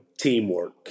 teamwork